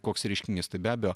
koks reiškinys tai be abejo